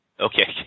Okay